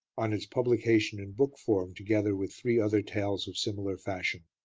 on its publication in book form together with three other tales of similar fashion.